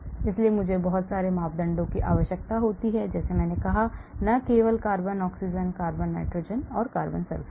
मापदंडों इसलिए आणविक यांत्रिकी को बहुत सारे मापदंडों की आवश्यकता होती है जैसे मैंने कहा न केवल carbon oxygen carbon nitrogen carbon sulphur